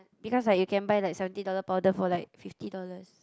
because like you can buy like seventy dollar powder for like fifty dollars